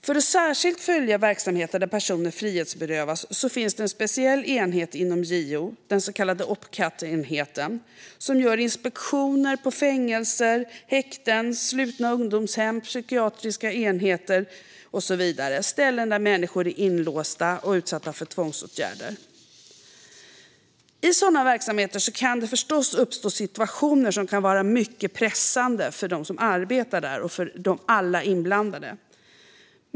För att särskilt följa verksamheter där personer frihetsberövas finns en speciell enhet inom JO, den så kallade Opcat-enheten, som gör inspektioner på fängelser, häkten, slutna ungdomshem, psykiatriska enheter och så vidare, alltså ställen där människor är inlåsta och utsatta för tvångsåtgärder. I sådana verksamheter kan det förstås uppstå situationer som kan vara mycket pressande för dem som arbetar där och alla inblandade.